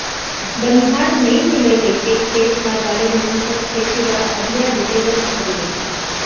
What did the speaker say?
बनिहार नइ मिलय कइके खेत खार वाले मन सब खेती ल अधिया देहे बर धर लिन